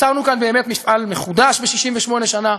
יצרנו כאן מפעל מחודש ב-68 שנה,